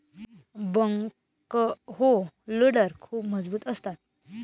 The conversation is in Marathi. बॅकहो लोडर खूप मजबूत असतात